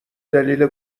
دلیل